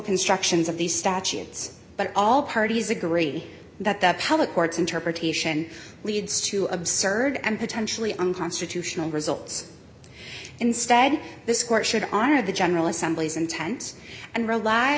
constructions of these statutes but all parties agree that the public court's interpretation leads to absurd and potentially unconstitutional results instead this court should honor the general assembly's intent and rely